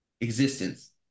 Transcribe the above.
existence